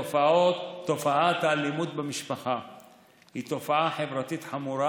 תופעת האלימות במשפחה היא תופעה חברתית חמורה